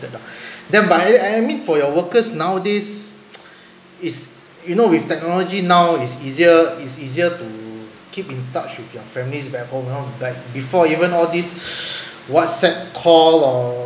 then by I I mean for your workers nowadays is you know with technology now is easier is easier to keep in touch with your families back home you know back before even all this whatsapp call or